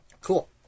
Cool